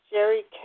Jerry